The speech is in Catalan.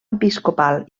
episcopal